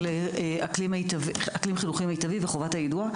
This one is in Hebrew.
של אקלים חינוכי מיטבי וחובת היידוע.